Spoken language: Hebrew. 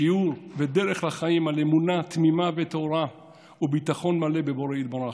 שיעור ודרך לחיים על אמונה תמימה וטהורה וביטחון מלא בבורא יתברך.